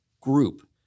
group